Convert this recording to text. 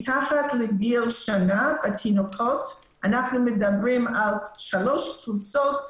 מתחת לגיל שנה בתינוקות - אנחנו מדברים על שלוש קבוצות,